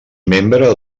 membre